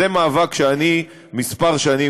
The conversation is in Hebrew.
אז זה מאבק שאני כבר כמה שנים